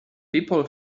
people